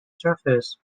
surfaces